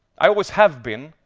i always have been,